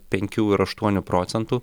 penkių ir aštuonių procentų